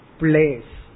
place